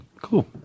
Cool